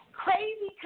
Crazy